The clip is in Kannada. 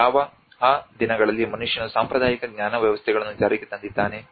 ಯಾವ ಆ ದಿನಗಳಲ್ಲಿ ಮನುಷ್ಯನು ಸಾಂಪ್ರದಾಯಿಕ ಜ್ಞಾನ ವ್ಯವಸ್ಥೆಗಳನ್ನು ಜಾರಿಗೆ ತಂದಿದ್ದಾನೆ